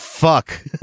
Fuck